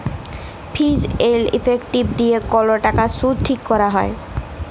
ফিজ এল্ড ইফেক্টিভ দিঁয়ে কল টাকার সুদ ঠিক ক্যরা হ্যয়